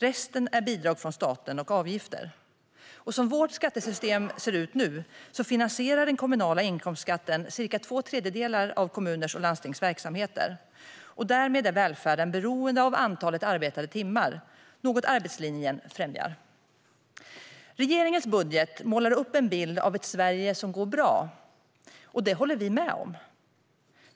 Resten är bidrag från staten och avgifter. Som vårt skattesystem ser ut nu finansierar den kommunala inkomstskatten cirka två tredjedelar av verksamheterna i kommuner och landsting. Därmed är välfärden beroende av antalet arbetade timmar, vilket arbetslinjen främjar. Regeringen målar med sin budget upp en bild av ett Sverige som går bra. Det håller vi med om.